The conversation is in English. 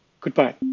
Goodbye